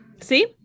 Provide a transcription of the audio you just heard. See